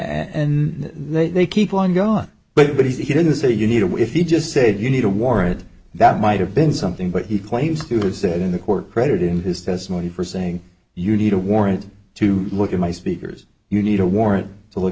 and they keep on going on but he didn't say you need to if he just said you need a warrant that might have been something but he claims to have said in the court credit in his testimony for saying you need a warrant to look at my speakers you need a warrant to look